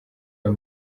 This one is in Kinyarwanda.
ayo